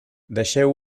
deixeu